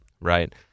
Right